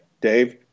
Dave